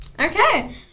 Okay